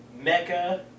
Mecca